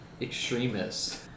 extremists